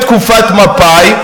בתקופת מפא"י.